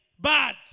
bad